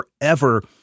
forever